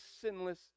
sinless